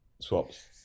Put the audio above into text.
swaps